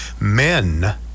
men